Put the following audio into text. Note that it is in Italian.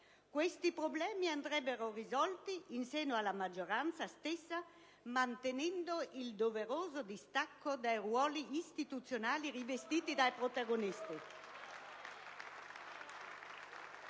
Questi problemi andrebbero risolti in seno alla maggioranza stessa, mantenendo il doveroso distacco dai ruoli nelle istituzioni rivestiti dai protagonisti